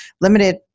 limited